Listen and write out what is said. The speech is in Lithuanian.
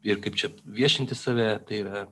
ir kaip čia viešinti save tai yra